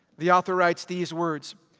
the author writes these words,